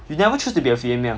you never choose to be a female